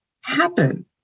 happen